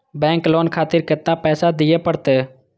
Bank loan खातीर केतना पैसा दीये परतें?